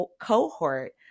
cohort